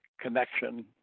connection